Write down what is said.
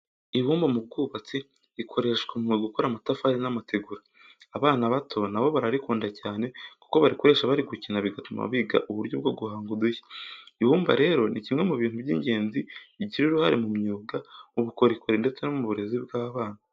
Ibumba mu bwubatsi rikoreshwa mu gukora amatafari n'amategura. Abana bato na bo bararikunda cyane kuko barikoresha bari gukina bigatuma biga uburyo bwo guhanga udushya. Ibumba rero ni kimwe mu bintu by'ingenzi bigira uruhare mu myuga, mu bukorikori ndetse no mu burezi bw'abana.